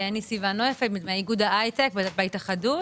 מאיחוד ההייטק בהתאחדות.